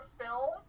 film